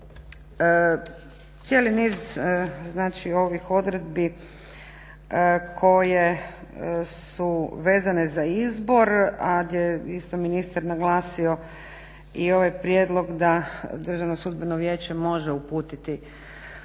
Cijeli niz znači ovih odredbi koje su vezane za izbor, a gdje je isto ministar naglasio i ovaj prijedlog da Državno sudbeno vijeće može uputiti